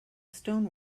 stone